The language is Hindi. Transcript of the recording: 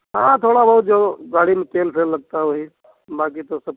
हाँ थोड़ा बहुत जो गाड़ी मे तेल फ़ेल लगता है वही बाकी तो सब